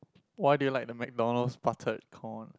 why do you like the McDonald's buttered corn